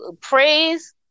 Praise